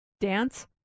Dance